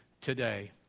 today